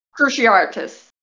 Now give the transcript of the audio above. cruciatus